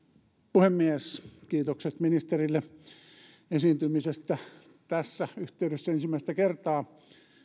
puhemies kiitokset ministerille esiintymisestä tässä yhteydessä ensimmäistä kertaa